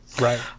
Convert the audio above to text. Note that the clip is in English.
Right